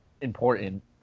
important